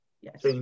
Yes